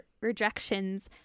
rejections